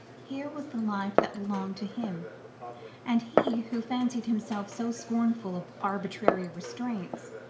here was the life that belonged to him and he, who fancied himself so scornful of arbitrary restraints,